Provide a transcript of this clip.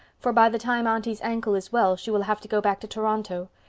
for by the time aunty's ankle is well she will have to go back to toronto.